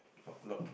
not a lot